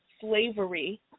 slavery